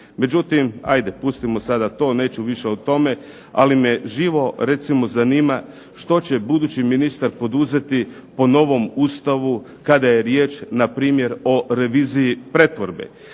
Međutim ajde, pustimo sada to, nećemo više o tome. Ali me živo recimo zanima što će budući ministar poduzeti po novom Ustavu kada je riječ npr. o reviziji pretvorbe,